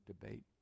debate